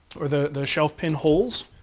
or the shelf pin holes,